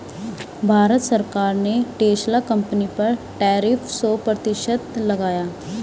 भारत सरकार ने Tesla company पर टैरिफ सो प्रतिशत लगाया